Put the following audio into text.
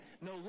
no